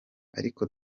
ariko